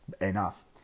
enough